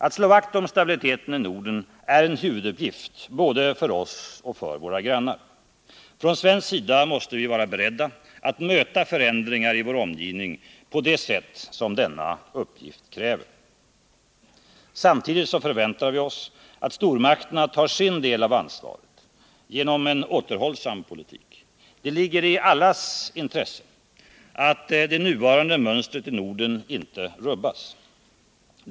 Att slå vakt om stabiliteten i Norden är en huvuduppgift både för oss och för våra grannar. Från svensk sida måste vi vara beredda att möta förändringar i vår omgivning på det sätt som denna uppgift kräver. Samtidigt förväntar vi oss att stormakterna tar sin del av ansvaret genom en återhållsam politik. Det ligger i allas intresse att det nuvarande mönstret i Norden inte rubbas.